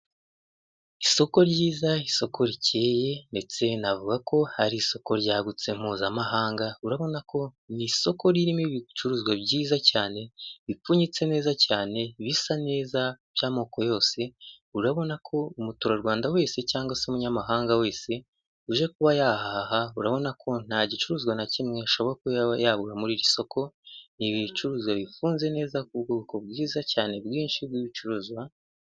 Isoko ryiza isoko rikeye ndetse navuga ko hari isoko ryagutse mpuzamahanga urabona ko ni isoko ririmo ibicuruzwa byiza cyane bipfunyitse neza cyane bisa neza by'amoko yose urabona ko umuturarwanda wese cyangwa se umunyamahanga wese uje kuba yahaha urabona ko nta gicuruzwa na kimwe bishoboka yaba yabura muri iri soko ni ibicuruza bifunze neza ku bwoko bwiza cyane bwinshi bw'ibicuruzwa.